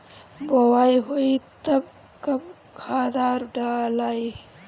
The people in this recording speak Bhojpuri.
बोआई होई तब कब खादार डालाई?